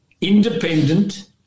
independent